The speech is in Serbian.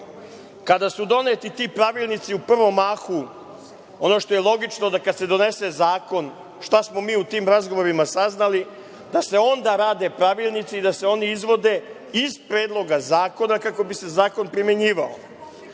su doneti ti pravilnici u prvom mahu, ono što je logično kada se donese zakon, šta smo mi u tim razgovorima saznali, da se onda rade pravilnici i da se oni izvode iz Predloga zakona kako bi se zakon primenjivao.